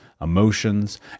emotions